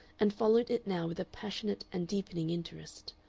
and followed it now with a passionate and deepening interest.